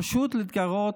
פשוט להתגרות.